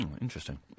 interesting